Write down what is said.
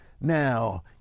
now